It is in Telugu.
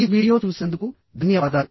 ఈ వీడియో చూసినందుకు ధన్యవాదాలు